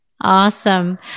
Awesome